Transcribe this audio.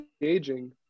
engaging